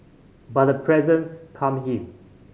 but her presence calmed him